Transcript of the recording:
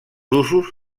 usos